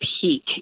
peak